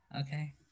Okay